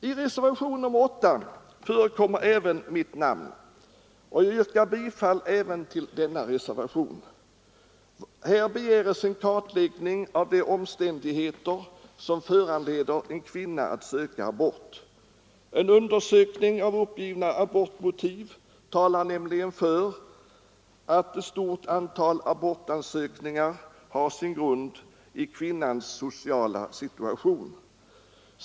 I reservationen 8 förekommer även mitt namn, och jag yrkar bifall också till denna reservation, vari begärs en kartläggning av de omständigheter som föranleder en kvinna att söka abort. En undersökning av uppgivna abortmotiv talar nämligen för att ett stort antal abortansökningar har sin grund i kvinnans sociala situation.